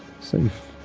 safe